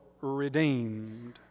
redeemed